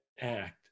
act